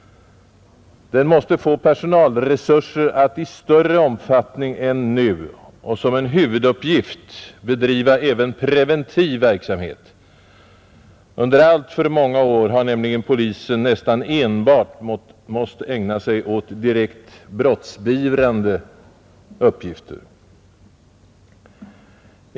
Polisen måste i varje fall få personalresurser för att i större utsträckning än nu och som en huvuduppgift kunna bedriva även preventiv verksamhet. Under alltför många år har nämligen polisen nästan enbart måst ägna sig åt direkt brottsbeivrande uppgifter.